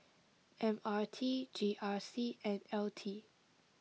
M R T G R C and L T